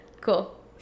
Cool